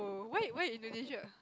wait wait Indonesia